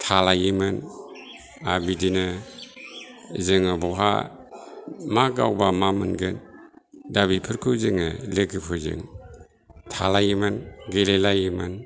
थालायोमोन आरो बिदिनो जोङो बहा मा गावबा मा मोनगोन दा बिफोरखौ जोङो लोगोफोरजों थालायोमोन गेलेलायोमोन